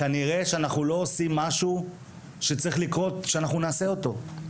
כנראה שאנחנו לא עושים משהו שצריך שנעשה אותו.